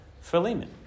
Philemon